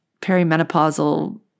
perimenopausal